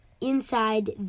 inside